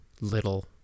little